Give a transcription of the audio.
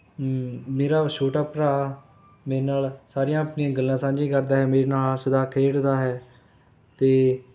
ਮੇਰਾ ਛੋਟਾ ਭਰਾ ਮੇਰੇ ਨਾਲ ਸਾਰੀਆਂ ਆਪਣੀਆਂ ਗੱਲਾਂ ਸਾਂਝੀਆਂ ਕਰਦਾ ਹੈ ਮੇਰੇ ਨਾਲ਼ ਹੱਸਦਾ ਖੇਡਦਾ ਹੈ ਅਤੇ